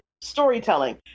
storytelling